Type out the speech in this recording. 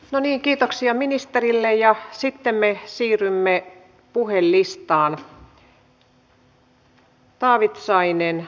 no niin kiitoksia ministerille ja sitten me siirrymme puhelistaan